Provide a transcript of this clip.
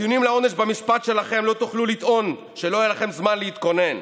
בטיעונים לעונש במשפט שלכם לא תוכלו לטעון שלא היה לכם זמן להתכונן.